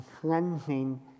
cleansing